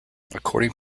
according